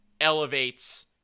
elevates